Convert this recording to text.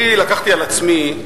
אני לקחתי על עצמי,